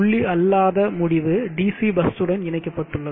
புள்ளி அல்லாத முடிவு DC பஸ்ஸுடன் இணைக்கப்பட்டுள்ளது